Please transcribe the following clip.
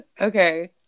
okay